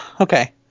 Okay